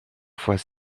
fois